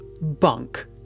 bunk